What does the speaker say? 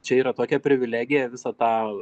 čia yra tokia privilegija visą tą